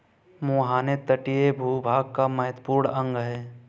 मुहाने तटीय भूभाग का महत्वपूर्ण अंग है